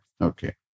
Okay